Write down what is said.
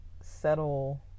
settle